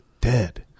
dead